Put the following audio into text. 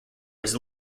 was